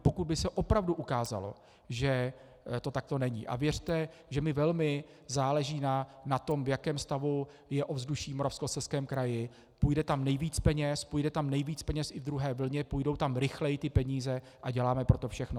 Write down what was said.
Pokud by se opravdu ukázalo, že to takto není a věřte, že mi velmi záleží na tom, v jakém stavu je ovzduší v Moravskoslezském kraji, půjde tam nejvíc peněz, půjde tam nejvíc peněz i v druhé vlně, půjdou tam rychleji ty peníze a děláme pro to všechno.